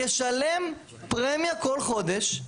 ישלם פרמיה כל חודש,